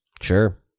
Sure